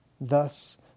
Thus